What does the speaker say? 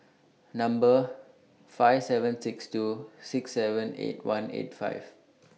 Number five seven six two six seven eight one eight five